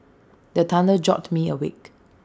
the thunder jolt me awake